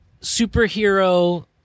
superhero